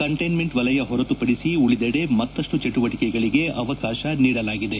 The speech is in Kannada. ಕಂಟೈನ್ಮೆಂಟ್ ವಲಯ ಹೊರತುಪದಿಸಿ ಉಳಿದೆಡೆ ಮತ್ತಷ್ಟು ಚಟುವಟಿಕೆಗಳಿಗೆ ಅವಕಾಶ ನೀಡಲಾಗಿದೆ